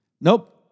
Nope